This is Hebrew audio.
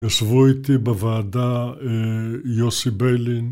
ישבו איתי בוועדה יוסי ביילין